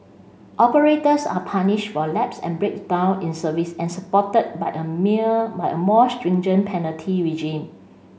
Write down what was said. operators are punished for lapse and breakdown in service and supported by a mere by a more stringent penalty regime